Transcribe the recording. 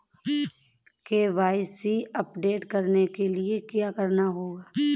KYC update करने के लिए क्या करना होगा?